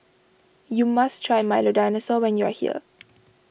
you must try Milo Dinosaur when you are here